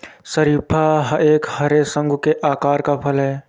शरीफा एक हरे, शंकु के आकार का फल है